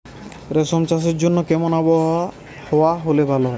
রেশম চাষের জন্য কেমন আবহাওয়া হাওয়া হলে ভালো?